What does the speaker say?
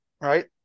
right